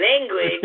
Language